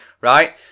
right